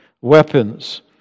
weapons